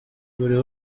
buri